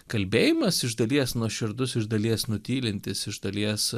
kalbėjimas iš dalies nuoširdus iš dalies nutylintis iš dalies